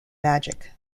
magic